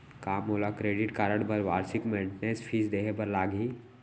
का मोला credit card बर वार्षिक मेंटेनेंस फीस देहे बर लागही?